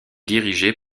dirigée